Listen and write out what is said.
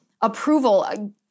approval